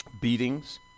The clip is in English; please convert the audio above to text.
beatings